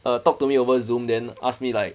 err talk to me over Zoom then ask me like